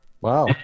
Wow